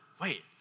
wait